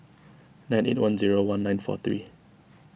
nine eight one zero one nine four three